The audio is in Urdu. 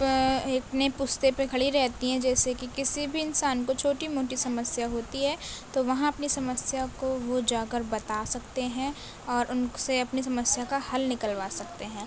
اتنے پشتے پہ کھڑی رہتی ہیں جیسے کہ کسی بھی انسان کو چھوٹی موٹی سمسیا ہوتی ہے تو وہاں اپنی سمسیا کو وہ جا کر بتا سکتے ہیں اور ان سے اپنی سمسیا کا حل نکلوا سکتے ہیں